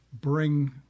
bring